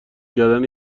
کردن